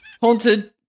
haunted